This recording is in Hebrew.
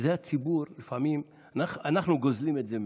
ולפעמים אנחנו גוזלים את זה מהציבור.